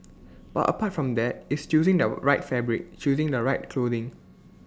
but apart from that it's choosing the right fabric choosing the right clothing